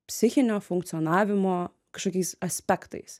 psichinio funkcionavimo kažkokiais aspektais